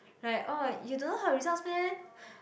like orh you don't know her results meh